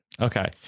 Okay